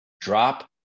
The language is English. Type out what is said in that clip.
drop